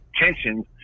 tensions